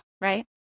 right